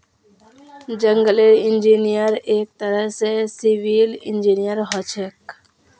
जंगलेर इंजीनियर एक तरह स सिविल इंजीनियर हछेक